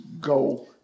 go